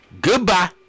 Goodbye